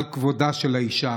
על כבודה של האישה.